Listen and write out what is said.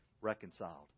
reconciled